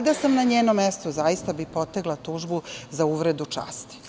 Da sam ja na njenom mestu, zaista bih potegla tužbu za uvredu časti.